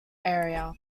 area